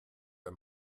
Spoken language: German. der